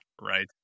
right